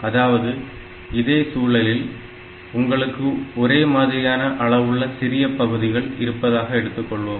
அதாவது இதே சூழலில் உங்களுக்கு ஒரே மாதிரி அளவுள்ள சிறிய பகுதிகள் இருப்பதாக வைத்துக்கொள்வோம்